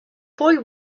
boy